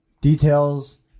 details